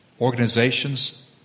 organizations